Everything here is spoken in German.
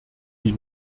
die